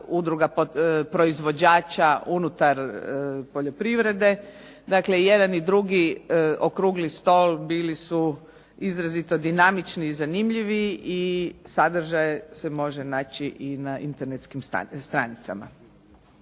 udruga proizvođača unutar poljoprivrede. Dakle, jedan i drugi okrugli stol bili su izrazito dinamični i zanimljivi i sadržaj se može naći i na internetskim stranicama.